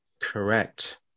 Correct